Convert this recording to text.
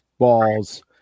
balls